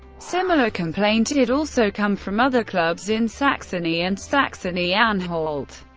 similar complaint did also come from other clubs in saxony and saxony-anhalt.